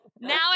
now